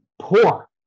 poor